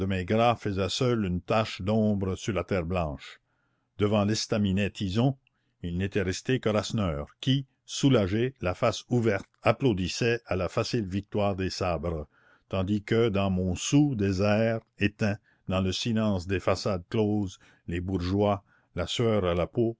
faisait seul une tache d'ombre sur la terre blanche devant l'estaminet tison il n'était resté que rasseneur qui soulagé la face ouverte applaudissait à la facile victoire des sabres tandis que dans montsou désert éteint dans le silence des façades closes les bourgeois la sueur à la peau